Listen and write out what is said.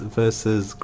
versus